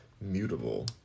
mutable